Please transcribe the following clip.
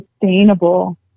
sustainable